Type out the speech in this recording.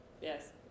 Yes